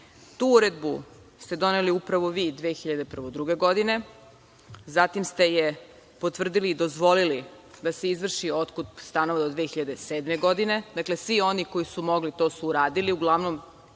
tu uredbu ste doneli upravo vi 2001/2002. godine. Zatim ste je potvrdili i dozvolili da se izvrši otkup stanova do 2007. godine. Dakle, svi oni koji su mogli, to su uradili. Uglavnom